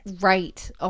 Right